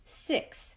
Six